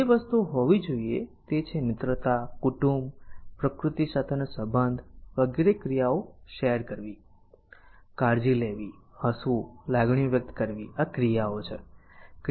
જે વસ્તુઓ હોવી જોઈએ તે છે મિત્રતા કુટુંબ પ્રકૃતિ સાથેનો સંબંધ વગેરે ક્રિયાઓ શેર કરવી કાળજી લેવી હસવું લાગણીઓ વ્યક્ત કરવી આ ક્રિયાઓ છે